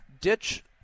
ditch